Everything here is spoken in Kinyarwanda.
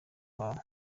babo